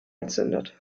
gezündet